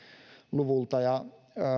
luvulta ja